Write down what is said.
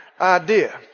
idea